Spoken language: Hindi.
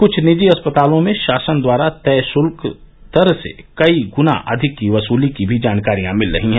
कुछ निजी अस्पतालों में शासन द्वारा तय शुल्क दर से कई गुना अधिक की वसूली की भी जानकारियां मिली है